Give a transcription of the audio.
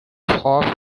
half